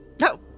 No